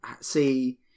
see